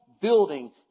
building